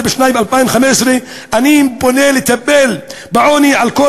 בשנת 2015. אני קורא לטפל בעוני על כל